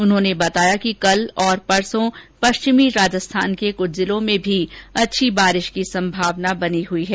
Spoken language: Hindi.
उन्होंने बताया कि कल तथा परसों पश्चिमी राजस्थान के कुछ जिलों में भी अच्छी बारिश की संभावना बनी हुई है